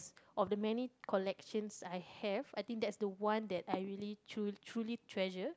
of the many collections I have I think that's the one that I really true truly treasure